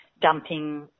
dumping